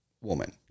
woman